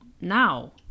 now